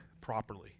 properly